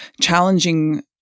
challenging